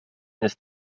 ist